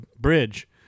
bridge